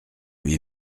lui